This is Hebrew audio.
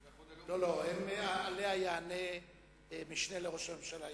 לא, עליה יענה המשנה לראש הממשלה יעלון.